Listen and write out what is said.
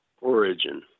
origin